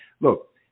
look